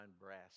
brass